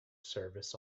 service